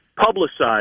publicized